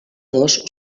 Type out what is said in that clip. dos